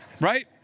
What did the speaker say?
right